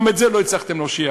וגם את זה לא הצלחתם להושיע.